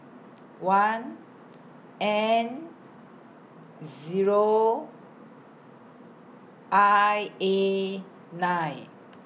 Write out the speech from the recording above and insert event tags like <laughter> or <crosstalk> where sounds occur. <noise> one <noise> N Zero I A nine